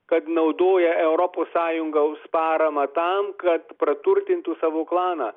kad naudoja europos sąjungą už paramą tam kad praturtintų savo klaną